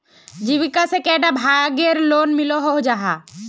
जीविका से कैडा भागेर लोन मिलोहो जाहा?